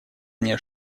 мне